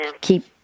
keep